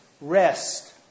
rest